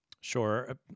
Sure